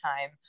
time